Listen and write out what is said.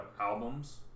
albums